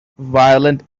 violent